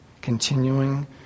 continuing